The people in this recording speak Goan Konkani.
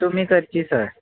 तुमी करची सर